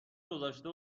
گذاشته